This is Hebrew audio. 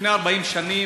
לפני 40 שנים